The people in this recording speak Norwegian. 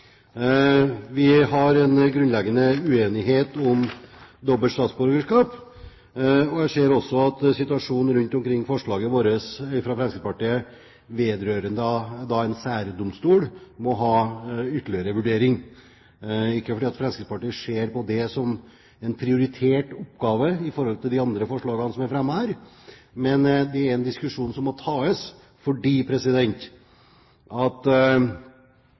Vi har en grunnleggende uenighet om dobbelt statsborgerskap, og jeg ser også at situasjonen rundt forslaget fra Fremskrittspartiet vedrørende en særdomstol krever ytterligere vurdering – ikke fordi Fremskrittspartiet ser på det som en prioritert oppgave i forhold til de andre forslagene som er fremmet her, men det er en diskusjon som må tas, fordi